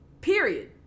period